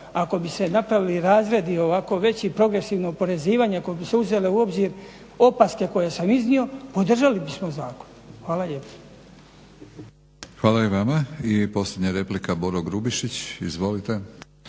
ako bi se napravili razredi ovako veći progresivno oporezivanje, ako bi se uzele u obzir opaske koje smo iznio podržali bismo zakon. Hvala lijepa. **Batinić, Milorad (HNS)** Hvala i vama. I posljednja replika, Boro Grubišić. Izvolite.